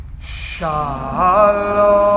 Shalom